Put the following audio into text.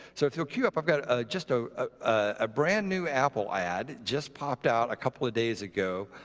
so to cue up i've got just a a brand new apple ad just popped out a couple of days ago,